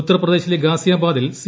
ഉത്തർപ്രദേശിലെ ഗാസിയാബാദിൽ സി